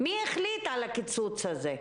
מי החליט על הקיצוץ הזה?